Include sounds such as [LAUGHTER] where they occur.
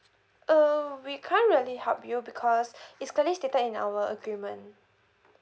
uh we can't really help you because [BREATH] it's clearly stated in our agreement